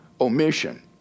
omission